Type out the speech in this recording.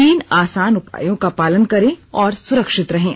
तीन आसान उपायों का पालन और करें सुरक्षित रहें